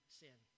sin